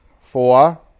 Four